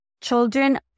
Children